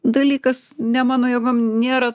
dalykas ne mano jėgom nėra